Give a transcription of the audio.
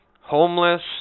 homeless